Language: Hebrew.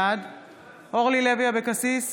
בעד אורלי לוי אבקסיס,